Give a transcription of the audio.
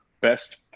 best